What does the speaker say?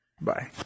Bye